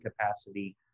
capacity